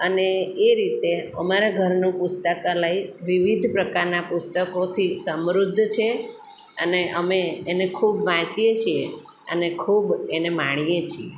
અને એ રીતે અમારા અમારા ઘરનું પુસ્તકાલય વિવિધ પ્રકારના પુસ્તકોથી સમૃદ્ધ છે અને અમે એને ખૂબ વાંચીએ છીએ અને ખૂબ એને માણીએ છીએ